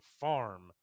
farm